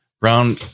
Brown